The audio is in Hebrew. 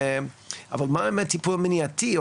אבל מה עם הטיפול המניעתי,